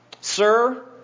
Sir